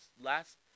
last